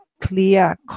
clear